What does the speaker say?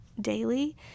daily